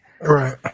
Right